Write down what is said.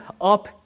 up